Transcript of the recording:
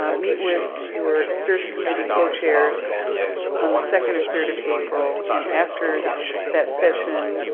um meet with your search committee co-chairs on the second or third of april. and after that session,